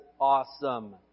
awesome